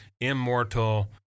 immortal